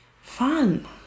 Fun